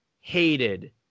hated